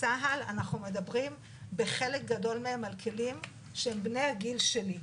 צה"ל אנחנו מדברים בחלק גדול מהם על כלים שהם בני הגיל שלי.